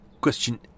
Question